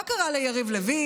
מה קרה ליריב לוין?